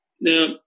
Now